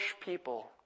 people